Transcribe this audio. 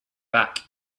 back